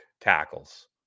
tackles